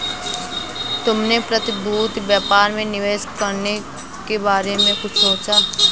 तुमने प्रतिभूति व्यापार में निवेश करने के बारे में कुछ सोचा?